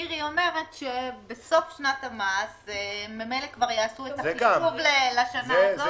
מירי אומרת שבסוף שנת המס ממילא כבר יעשו את החישוב לשנה הזאת.